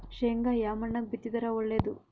ಶೇಂಗಾ ಯಾ ಮಣ್ಣಾಗ ಬಿತ್ತಿದರ ಒಳ್ಳೇದು?